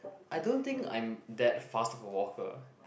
I don't think I'm that fast of a walker